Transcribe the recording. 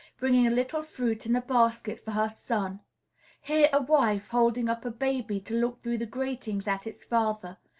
bringing a little fruit in a basket for her son here a wife, holding up a baby to look through the gratings at its father,